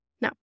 Now